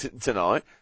tonight